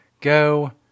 Go